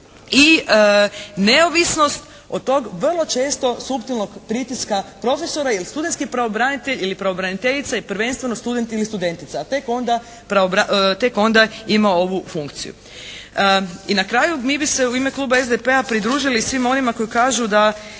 i neovisnost od tog vrlo često suptilnog pritiska profesora jer studentski pravobranitelj ili pravobraniteljica i prvenstveno student ili studentica, a tek onda ima ovu funkciju. I na kraju mi bi se u ime kluba SDP-a pridružili i svima onima koji kažu da